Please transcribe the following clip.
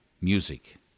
music